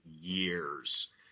years